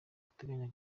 bateganya